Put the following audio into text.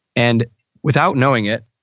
and without knowing it,